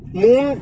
moon